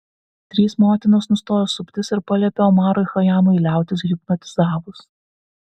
trys motinos nustojo suptis ir paliepė omarui chajamui liautis hipnotizavus